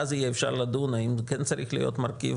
ואז יהיה אפשר לדון האם הוא כן צריך להיות מרכיב